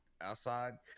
Outside